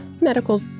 medical